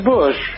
Bush